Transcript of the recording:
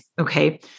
Okay